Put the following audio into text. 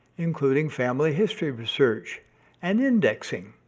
including family history research and indexing.